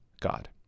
God